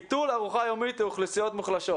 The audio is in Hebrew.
"ביטול ארוחה יומית לאוכלוסיות מוחלשות".